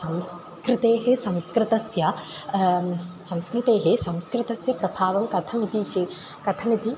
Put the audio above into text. संस्कृतेः संस्कृतस्य संस्कृतेः संस्कृतस्य प्रभावं कथमिति चे कथमिति